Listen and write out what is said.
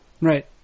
Right